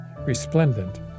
resplendent